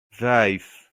vijf